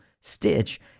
Stitch